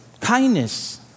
Kindness